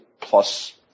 plus